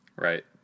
Right